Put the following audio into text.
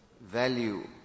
value